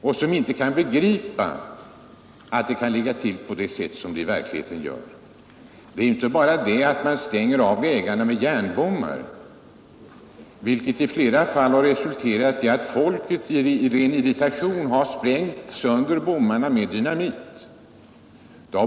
De kan inte begripa att det kan ligga till på det sätt som det i verkligheten gör. Det är inte bara det att man stänger av vägarna med järnbommar, vilket i flera fall har resulterat i att folk i ren irritation sprängt sönder bommarna med dynamit.